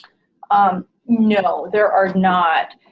um no there are not.